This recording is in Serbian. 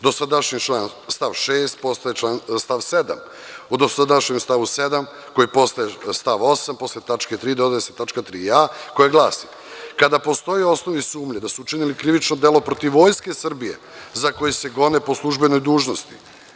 Dosadašnji stav 6. postaje stav 7. U dosadašnjem stavu 7, koji posle postaje stav 8. posle tačke 3. dodaje se tačka 3a, koja glasi – kada postoji osnovi sumnje da su učinili krivično delo protiv Vojske Srbije za koje se gone po službenoj dužnosti.